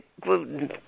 gluten